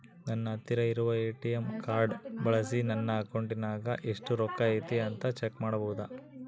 ನನ್ನ ಹತ್ತಿರ ಇರುವ ಎ.ಟಿ.ಎಂ ಕಾರ್ಡ್ ಬಳಿಸಿ ನನ್ನ ಅಕೌಂಟಿನಾಗ ಎಷ್ಟು ರೊಕ್ಕ ಐತಿ ಅಂತಾ ಚೆಕ್ ಮಾಡಬಹುದಾ?